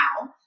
now